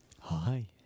Hi